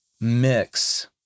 mix